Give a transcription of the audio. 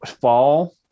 fall